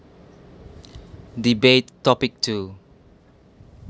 debate topic two